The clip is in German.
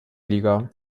liga